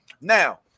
Now